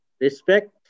respect